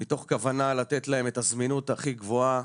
מתוך כוונה לתת להם את הזמינות הכי גבוהה,